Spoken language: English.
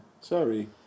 Sorry